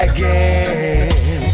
Again